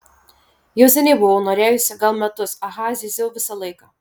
jau seniai buvau norėjusi gal metus aha zyziau visą laiką